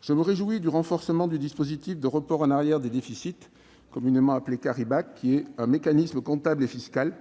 Je me réjouis du renforcement du dispositif de report en arrière des déficits, communément appelé. Ce mécanisme comptable et fiscal